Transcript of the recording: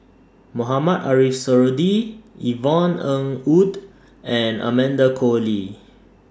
Mohamed Ariff Suradi Yvonne Ng Uhde and Amanda Koe Lee